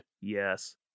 Yes